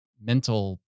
mental